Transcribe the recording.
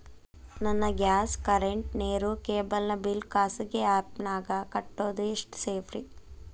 ನನ್ನ gas current, ನೇರು, cable ನ ಬಿಲ್ ಖಾಸಗಿ ಆ್ಯಪ್ ನ್ಯಾಗ್ ಕಟ್ಟೋದು ಎಷ್ಟು ಸೇಫ್ರಿ?